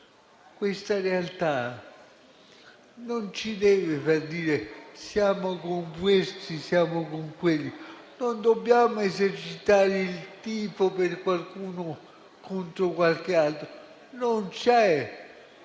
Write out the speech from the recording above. Questa realtà non ci deve far dire: siamo con questi o siamo con quelli. Non dobbiamo esercitare il tifo per qualcuno contro qualcun altro. Non c'è